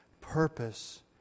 purpose